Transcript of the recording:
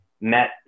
met